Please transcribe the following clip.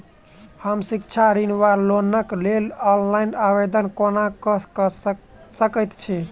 हम शिक्षा ऋण वा लोनक लेल ऑनलाइन आवेदन कोना कऽ सकैत छी?